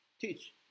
teach